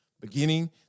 beginning